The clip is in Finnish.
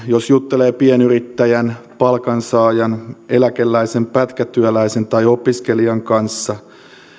jos juttelee pienyrittäjän palkansaajan eläkeläisen pätkätyöläisen tai opiskelijan kanssa